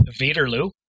Vaderloo